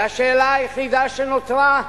והשאלה היחידה שנותרה: